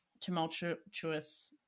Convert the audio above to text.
tumultuous